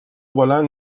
بلند